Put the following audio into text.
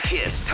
Kiss